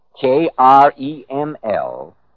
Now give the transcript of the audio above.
K-R-E-M-L